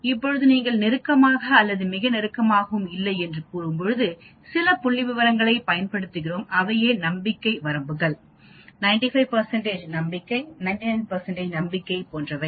இப்போது நீங்கள் நெருக்கமாக அல்லது மிக நெருக்கமாக இல்லை என்று கூறும்போது சில புள்ளிவிவரங்களைப் பயன்படுத்துகிறோம் அவையே நம்பிக்கை வரம்புகள் 95 நம்பிக்கை 99 நம்பிக்கை போன்றவை